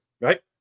Right